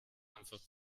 einfach